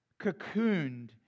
cocooned